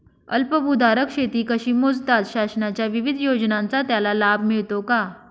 अल्पभूधारक शेती कशी मोजतात? शासनाच्या विविध योजनांचा त्याला लाभ मिळतो का?